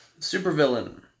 Supervillain